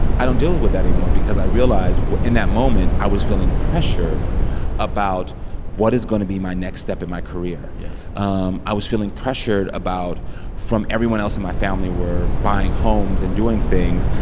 i don't deal with that anymore because i realize, in that moment, i was feeling pressured about what is going to be my next step in my career yeah um i was feeling pressured about from everyone else in my family were buying homes and doing things.